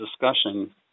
discussion